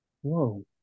whoa